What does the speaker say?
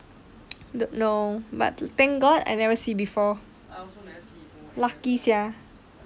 I don't know but thank god I never see before lucky sia